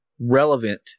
relevant